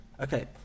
Okay